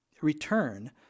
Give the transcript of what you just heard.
return